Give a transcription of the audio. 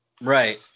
Right